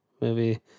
movie